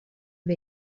wir